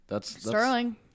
Sterling